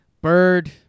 Bird